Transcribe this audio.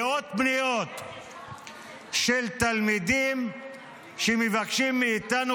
מאות פניות של תלמידים שמבקשים מאיתנו